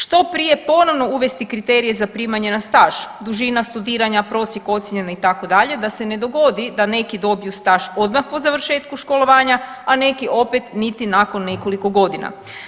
Što prije ponovno uvesti kriterije za primanje na staž, dužina studiranja, prosjek ocjena itd., da se ne dogodi da neki dobiju staž odmah po završetku školovanja, a neki opet niti nakon nekoliko godina.